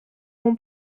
mon